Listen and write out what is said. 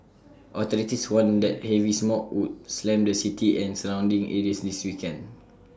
authorities warned that heavy smog would slam the city and surrounding areas this weekend